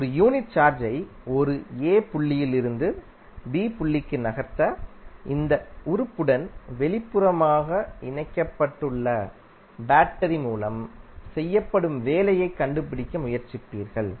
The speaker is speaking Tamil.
1 யூனிட் சார்ஜை ஒரு a புள்ளியில் இருந்து b புள்ளிக்கு நகர்த்த இந்த உறுப்புடன் வெளிப்புறமாக இணைக்கப்பட்டுள்ள பேட்டரி மூலம் செய்யப்படும் வேலையைக் கண்டுபிடிக்க முயற்சிப்பீர்கள்